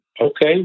Okay